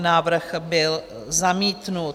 Návrh byl zamítnut.